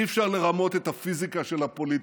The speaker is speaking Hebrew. אי-אפשר לרמות את הפיזיקה של הפוליטיקה,